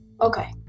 Okay